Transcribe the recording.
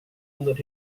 untuk